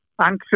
Anxious